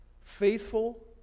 Faithful